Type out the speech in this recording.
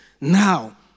now